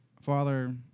Father